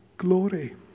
glory